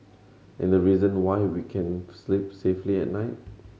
and the reason why we can sleep safely at night